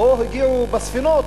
או הגיעו בספינות,